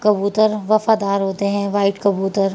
کبوتر وفادار ہوتے ہیں وائٹ کبوتر